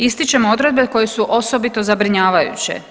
Ističemo odredbe koje su osobito zabrinjavajuće.